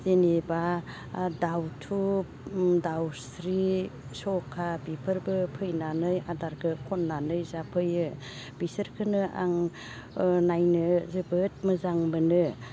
जेनेबा दाउथु दाउस्रि सखा बेफोरबो फैनानै आदारखो खननानै जाफैयो बिसोरखोनो आं नायनो जोबोद मोजां मोनो